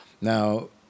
Now